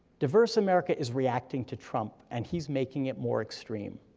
diverse america is reacting to trump, and he's making it more extreme.